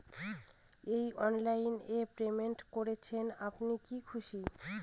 এই অনলাইন এ পেমেন্ট করছেন আপনি কি খুশি?